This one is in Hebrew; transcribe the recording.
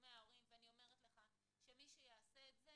בתשלומי הורים, ואני אומרת לך שמי שיעשה את זה